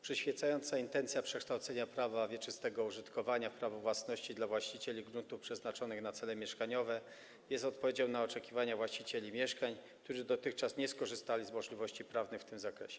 Przyświecająca intencja przekształcenia prawa użytkowania wieczystego w prawo własności dla właścicieli gruntów przeznaczonych na cele mieszkaniowe jest odpowiedzią na oczekiwania właścicieli mieszkań, którzy dotychczas nie skorzystali z możliwości prawnej w tym zakresie.